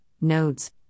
nodes